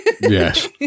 yes